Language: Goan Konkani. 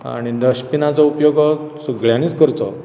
आनी डस्टबिनाचो उपयोग हो सगळ्यांनीच करचो